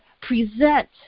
present